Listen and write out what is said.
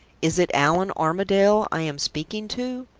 is it allan armadale i am speaking to?